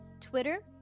Twitter